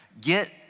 Get